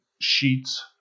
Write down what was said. Sheets